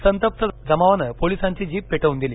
सतप्त जमावान पोलीसांची जीप पेटवून दिली